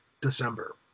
December